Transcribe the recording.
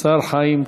השר חיים כץ.